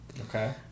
Okay